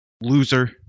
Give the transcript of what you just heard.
Loser